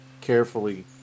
carefully